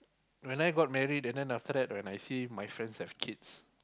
when I got married and then after that I see my friends have kids